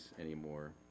anymore